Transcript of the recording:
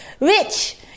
Rich